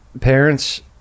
parents